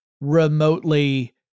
remotely